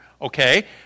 Okay